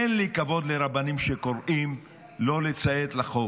אין לי כבוד לרבנים שקוראים לא לציית לחוק,